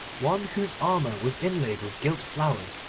one whose armour was inlaid with gilt flowers,